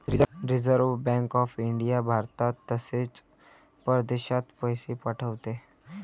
reserve bank of India भारतात तसेच परदेशात पैसे पाठवते